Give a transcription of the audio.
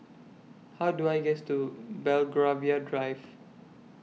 How Do I get to Belgravia Drive